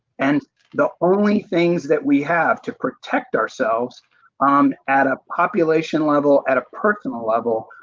and the only things that we have to protect ourselves um at a population level at a personal level,